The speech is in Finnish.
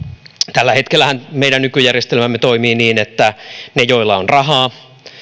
tällä hetkellähän meidän nykyjärjestelmämme toimii niin että ne joilla on rahaa